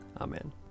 Amen